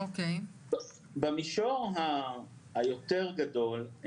במישור היותר רחב,